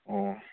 ꯑꯣ